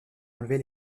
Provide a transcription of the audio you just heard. enlever